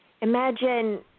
Imagine